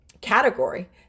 category